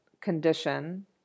condition